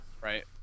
right